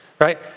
right